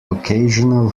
occasional